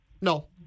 No